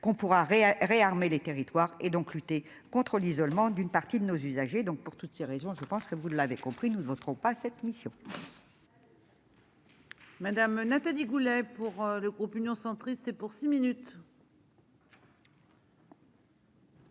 qu'on pourra réarmer les territoires et donc lutter contre l'isolement d'une partie de nos usagers, donc pour toutes ces raisons, je pense que vous l'avez compris, nous ne voterons pas cette mission. Madame Nathalie Goulet pour le groupe Union centriste et pour six minutes.